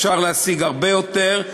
אפשר להשיג הרבה יותר,